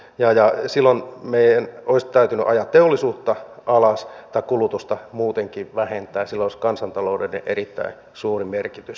silloin meidän olisi täytynyt ajaa teollisuutta alas tai kulutusta muutenkin vähentää ja sillä olisi ollut kansantaloudelle erittäin suuri merkitys